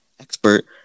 expert